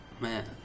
Man